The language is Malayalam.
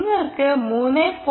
നിങ്ങൾക്ക് 3